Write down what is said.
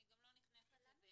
אני גם לא נכנסת לזה.